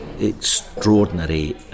extraordinary